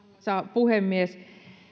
puhemies